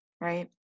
right